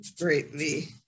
greatly